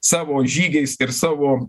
savo žygiais ir savo